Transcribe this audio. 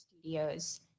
studios